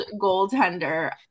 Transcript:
goaltender